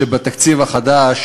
שבתקציב החדש